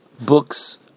books